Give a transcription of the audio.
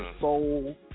soul